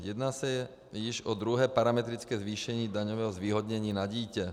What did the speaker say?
Jedná se již o druhé parametrické zvýšení daňového zvýhodnění na dítě.